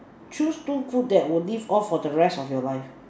choose two food that would live off for the rest of your life